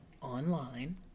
online